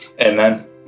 amen